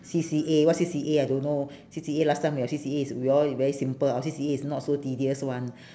C_C_A what C_C_A I don't know C_C_A last time your C_C_A is we all is very simple our C_C_A is not so tedious [one]